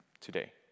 today